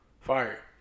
Fire